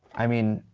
i mean,